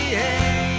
hey